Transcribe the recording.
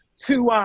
to um